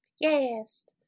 Yes